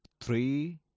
three